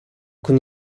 con